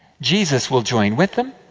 jesus will join with them.